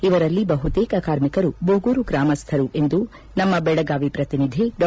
ಇವರಲ್ಲಿ ಬಹುತೇಕ ಕಾರ್ಮಿಕರು ಬೋಗೂರು ಗ್ರಾಮಸ್ವರು ಎಂದು ನಮ್ನ ಬೆಳಗಾವಿ ಪ್ರತಿನಿಧಿ ಡಾ